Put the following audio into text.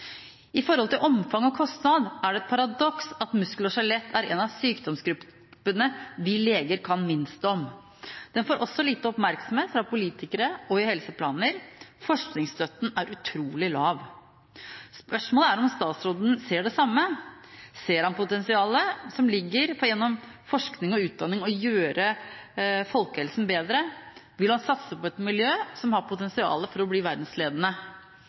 forhold til omfang og kostnad, er det et paradoks at muskel- og skjelett er en av sykdomsgruppene vi leger kan minst om. Den får også lite oppmerksomhet fra politikere og i helseplaner. Forskningsstøtten er også utrolig lav.» Spørsmålet er om statsråden ser det samme. Ser han potensialet som ligger der, at gjennom forskning og utdanning kan man gjøre folkehelsa bedre? Vil han satse på et miljø som har potensial til å bli verdensledende?